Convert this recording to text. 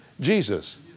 Jesus